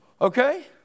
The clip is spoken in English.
Okay